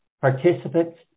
participants